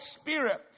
spirit